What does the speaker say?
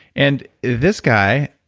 and this guy,